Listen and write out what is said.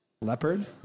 Leopard